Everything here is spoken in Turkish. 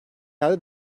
yerde